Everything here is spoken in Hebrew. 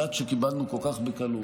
מהמנדט שקיבלנו כל כך בקלות.